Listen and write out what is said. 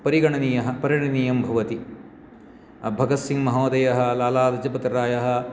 परिगणनीयः परिणनीयं भवति भगत्सिङ्गमहोदयः लालालजपतरायः